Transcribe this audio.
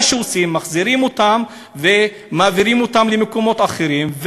מה שעושים זה מחזירים אותם ומעבירים אותם למקומות אחרים.